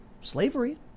slavery